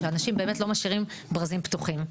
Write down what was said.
שאנשים באמת לא משאירים ברזים פתוחים.